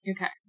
Okay